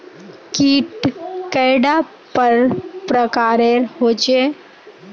कीट कैडा पर प्रकारेर होचे?